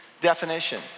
Definition